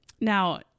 Now